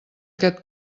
aquest